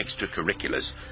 extracurriculars